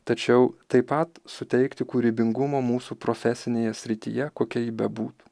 tačiau taip pat suteikti kūrybingumo mūsų profesinėje srityje kokia ji bebūtų